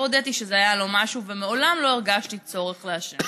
והודיתי שזה היה לא משהו ומעולם לא הרגשתי צורך לעשן.